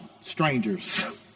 strangers